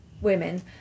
women